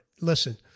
listen-